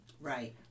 Right